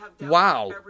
wow